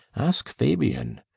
ask fabian.